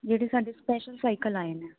ਜਿਹੜੀ ਸਾਡੀ special cycle ਆਏ ਨੇ